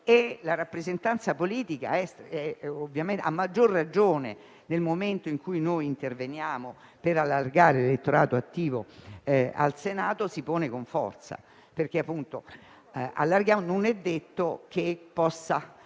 È una questione che, a maggior ragione nel momento in cui interveniamo per allargare l'elettorato attivo al Senato, si pone con forza, perché non è detto che possano